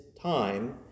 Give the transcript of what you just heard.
time